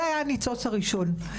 זה היה הניצוץ הראשון.